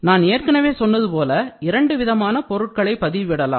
நான் ஏற்கனவே சொன்னது போல இரண்டு விதமான பொருட்களை பதிவிடலாம்